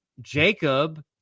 Jacob